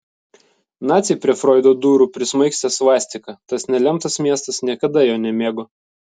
naciai prie froido durų prismaigstė svastiką tas nelemtas miestas niekada jo nemėgo